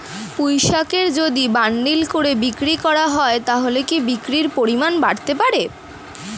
পুঁইশাকের যদি বান্ডিল করে বিক্রি করা হয় তাহলে কি বিক্রির পরিমাণ বাড়তে পারে?